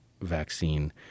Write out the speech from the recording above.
vaccine